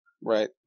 right